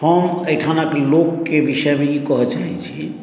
हम अहिठामक लोकके विषयमे ई कहऽ चाहै छी